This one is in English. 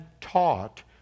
taught